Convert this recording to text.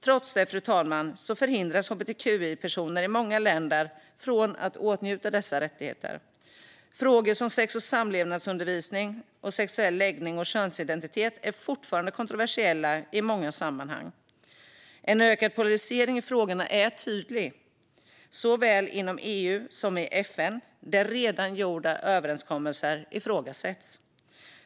Trots det förhindras hbtqi-personer i många länder att åtnjuta dessa rättigheter, fru talman. Frågor som sex och samlevnadsundervisning och sexuell läggning och könsidentitet är fortfarande kontroversiella i många sammanhang. En ökad polarisering i frågorna är tydlig såväl inom EU som i FN, där redan gjorda överenskommelser ifrågasätts.